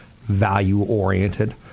value-oriented